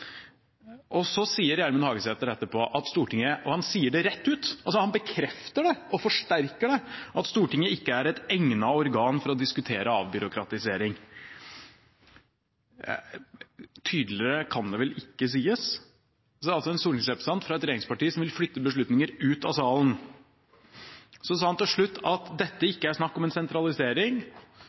Så sier Gjermund Hagesæter etterpå – han sier det rett ut, han bekrefter det og forsterker det – at Stortinget ikke er et egnet organ for å diskutere avbyråkratisering. Tydeligere kan det vel ikke sies, en stortingsrepresentant fra et regjeringsparti vil flytte beslutninger ut av salen. Så sa han til slutt at dette ikke er snakk om en sentralisering,